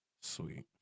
Sweet